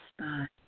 spot